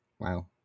wow